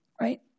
Right